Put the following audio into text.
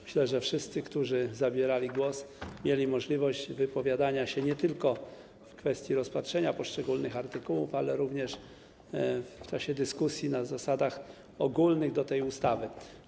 Myślę, że wszyscy, którzy zabierali głos, mieli możliwość wypowiadania się nie tylko w kwestii rozpatrzenia poszczególnych artykułów, ale również w czasie dyskusji na zasadach ogólnych co do tej ustawy.